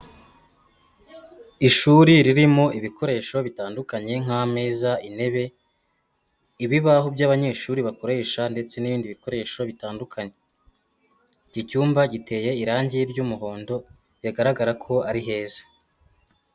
Ishuri ririmo ibikoresho bitandukanye nk'ameza, intebe, ibibaho by'abanyeshuri bakoresha ndetse n'ibindi bikoresho bitandukanye, iki cyumba giteye irangi ry'umuhondo, bigaragara ko ari heza.